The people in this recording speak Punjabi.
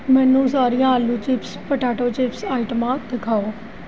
ਮੈਨੂੰ ਸਾਰੀਆਂ ਆਲੂ ਚਿਪਸ ਪੋਟੈਟੋ ਚਿਪਸ ਆਈਟਮਾਂ ਦਿਖਾਓ